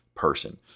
Person